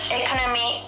economy